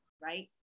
right